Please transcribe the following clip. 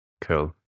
Cool